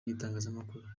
n’itangazamakuru